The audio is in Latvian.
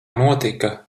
notika